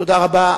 תודה רבה.